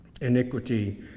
iniquity